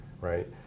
right